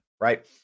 right